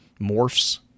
morphs